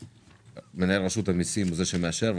מנהל רשות המסים הוא זה שמאשר,